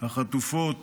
החטופות,